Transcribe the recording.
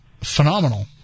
phenomenal